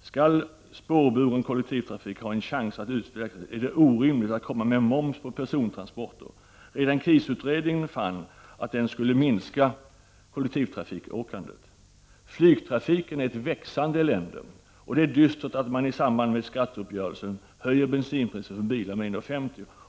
Skall spårbunden kollektivtrafik ha en chans att utvecklas är det orimligt att föreslå moms på persontransporter. Redan KIS-utredningen fann att detta skulle minska kollektivtrafikåkandet. Flygtrafiken är ett växande elände, och det är dystert att man i samband med skatteuppgörelsen höjer bensinpriset för bilar med 1:50 kr.